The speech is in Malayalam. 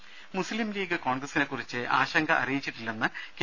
ദ്ദേ മുസ്ലിം ലീഗ് കോൺഗ്രസിനെ കുറിച്ച് ആശങ്ക അറിയിച്ചിട്ടില്ലെന്ന് കെ